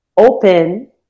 open